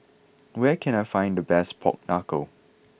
where can I find the best Pork Knuckle